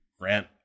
grant